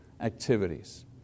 activities